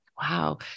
Wow